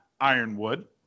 Ironwood